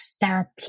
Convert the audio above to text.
therapy